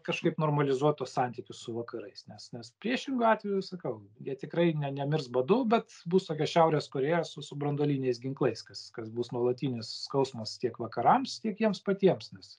kažkaip normalizuot tuos santykius su vakarais nes nes priešingu atveju sakau jie tikrai ne nemirs badu bet bus tokia šiaurės korėja su su branduoliniais ginklais kas kas bus nuolatinis skausmas tiek vakarams tiek jiems patiems nes